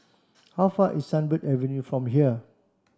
how far is Sunbird Avenue from here